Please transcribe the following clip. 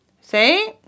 See